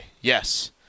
Yes